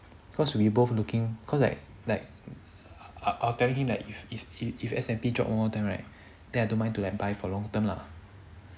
because we both looking because like like I I telling him that if if if if S&P dropped one more time right then I don't mind to like buy for long term lah